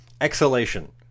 Exhalation